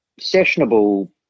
sessionable